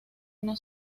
una